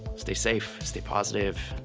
stay safe, stay positive,